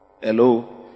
Hello